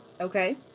Okay